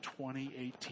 2018